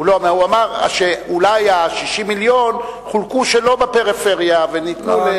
הוא אמר שאולי 60 מיליון חולקו שלא בפריפריה וניתנו,